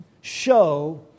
show